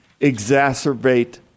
exacerbate